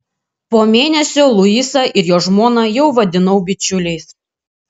po mėnesio luisą ir jo žmoną jau vadinau bičiuliais